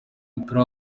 w’umupira